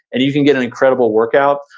and you can get an incredible workout.